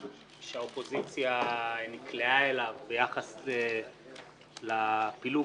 שהאופוזיציה נקלעה אליו ביחס לפילוג